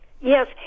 Yes